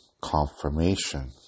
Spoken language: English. confirmation